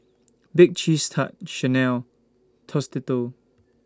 Bake Cheese Tart Chanel Tostitos